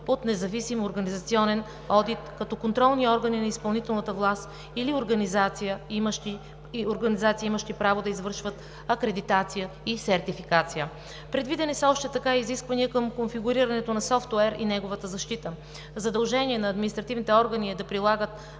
от независим организационен одит, като контролни органи на изпълнителната власт или организации, имащи право да извършват акредитация и сертификация. Предвидени са още така изисквания към конфигурирането на софтуер и неговата защита. Задължение на административните органи е да прилагат